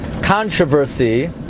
controversy